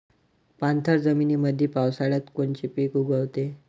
पाणथळ जमीनीमंदी पावसाळ्यात कोनचे पिक उगवते?